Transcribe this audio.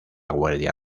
guardia